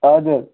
हजुर